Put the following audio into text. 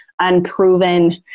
unproven